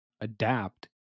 adapt